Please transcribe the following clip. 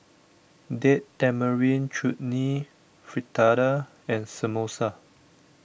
Date Tamarind Chutney Fritada and Samosa